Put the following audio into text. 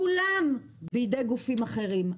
כולן בידי גופים אחרים,